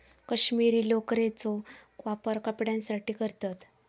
कश्मीरी लोकरेचो वापर कपड्यांसाठी करतत